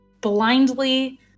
blindly